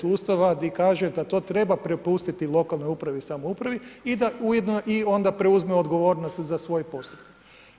Ustava di kaže da to treba prepustiti lokalnoj upravo i samoupravi i da ujedno i onda preuzme odgovornost za svoje postupke.